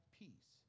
peace